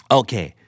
okay